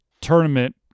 tournament